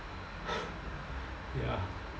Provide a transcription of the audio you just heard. ya